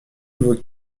vos